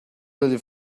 really